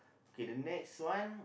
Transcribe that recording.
K the next one